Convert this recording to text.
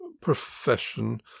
profession